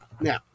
Now